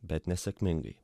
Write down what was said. bet nesėkmingai